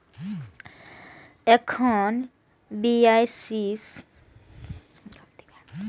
एखन बियालीस देश मे गूगल पे के सेवा उपलब्ध छै